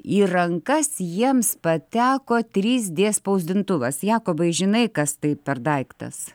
į rankas jiems pateko trys d spausdintuvas jakobai žinai kas tai per daiktas